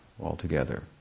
Altogether